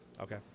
Okay